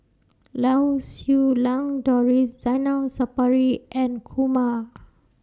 Lau Siew Lang Doris Zainal Sapari and Kumar